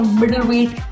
middleweight